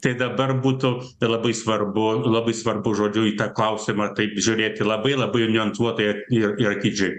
tai dabar būtų labai svarbu labai svarbu žodžiu į tą klausimą taip žiūrėti labai labai niuansuotai ir ir atidžiai